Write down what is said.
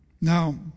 Now